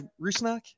Rusnak